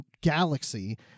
galaxy